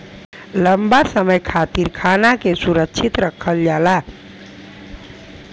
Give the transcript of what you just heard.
लंबा समय खातिर खाना के सुरक्षित रखल जाला